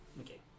Okay